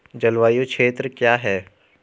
जलवायु क्षेत्र क्या है?